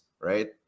right